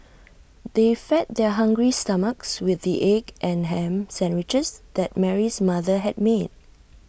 they fed their hungry stomachs with the egg and Ham Sandwiches that Mary's mother had made